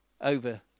over